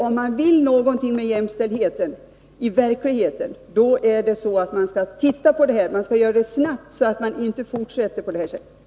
Om man vill någonting med jämställdhetsarbetet i verkligheten, skall man ta itu med detta, och det snabbt, så att det inte fortsätter på det här sättet.